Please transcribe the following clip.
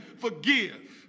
forgive